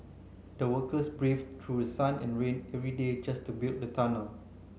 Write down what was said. the workers brave through sun and rain every day just to build the tunnel